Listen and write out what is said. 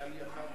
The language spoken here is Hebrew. אני אעלה